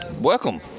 welcome